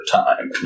time